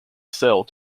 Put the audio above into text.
cell